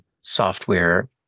software